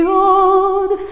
old